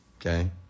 Okay